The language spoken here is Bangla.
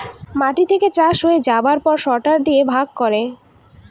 মাটি থেকে চাষ হয়ে যাবার পর সরটার দিয়ে ভাগ করে